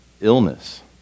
illness